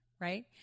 right